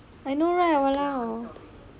I know lah !walao!